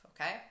okay